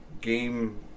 game